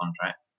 contract